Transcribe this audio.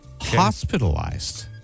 Hospitalized